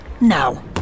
Now